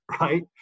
right